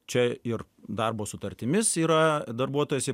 čia ir darbo sutartimis yra darbuotojas